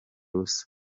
ubusa